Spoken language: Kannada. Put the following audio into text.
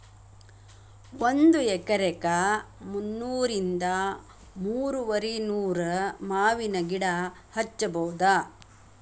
ಒಂದ ಎಕರೆಕ ಮುನ್ನೂರಿಂದ ಮೂರುವರಿನೂರ ಮಾವಿನ ಗಿಡಾ ಹಚ್ಚಬೌದ